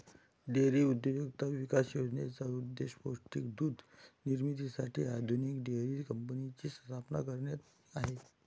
dairy उद्योजकता विकास योजनेचा उद्देश पौष्टिक दूध निर्मितीसाठी आधुनिक डेअरी कंपन्यांची स्थापना करणे आहे